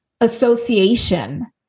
Association